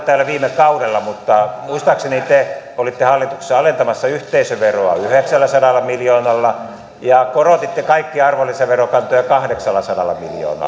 täällä viime kaudella mutta muistaakseni te olitte hallituksessa alentamassa yhteisöveroa yhdeksälläsadalla miljoonalla ja korotitte kaikkia arvonlisäverokantoja kahdeksallasadalla